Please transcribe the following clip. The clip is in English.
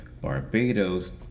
Barbados